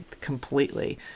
completely